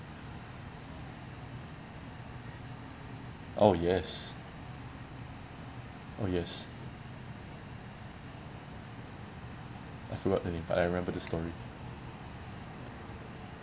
oh yes oh yes I forgot the name but I remember the story